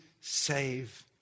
save